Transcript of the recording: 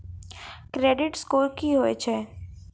Credit score की होय छै?